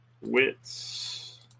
Wits